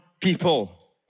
people